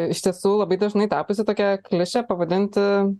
iš tiesų labai dažnai tapusi tokia klišė pavadinti